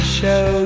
show